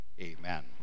Amen